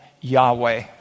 Yahweh